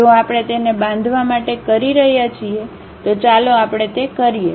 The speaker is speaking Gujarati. જો આપણે તેને બાંધવા માટે કરી રહ્યા છીએ ચાલો આપણે તે કરીએ